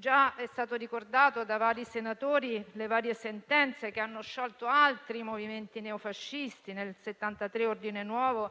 Sono state ricordate da vari senatori le diverse sentenze che hanno sciolto altri movimenti neofascisti: nel 1973 Ordine Nuovo,